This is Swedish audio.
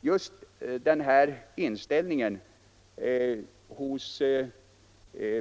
Just när det gäller den här inställningen hos